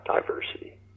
diversity